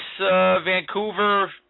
Vancouver